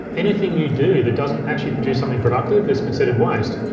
anything you do that doesn't actually produce something productive is considered waste.